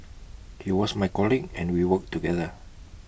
he was my colleague and we worked together